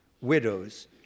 widows